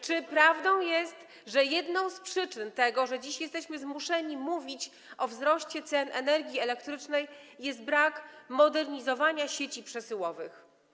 Czy prawdą jest, że jedną z przyczyn tego, że dziś jesteśmy zmuszeni mówić o wzroście cen energii elektrycznej, jest niemodernizowanie sieci przesyłowych?